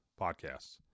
podcasts